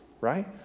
Right